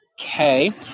Okay